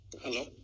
Hello